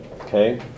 okay